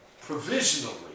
provisionally